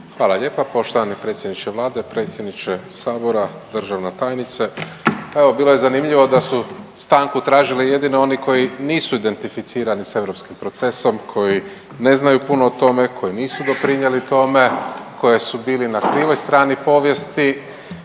Hvala lijepa. Poštovani predsjedniče Vlade, predsjedniče Sabora, državna tajnice. Evo bilo je zanimljivo da su stanku tražili jedino oni koji nisu identificirani sa europskim procesom, koji ne znaju puno o tome, koji nisu doprinijeli tome, koji su bili na krivoj strani povijesti,